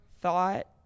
thought